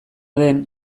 den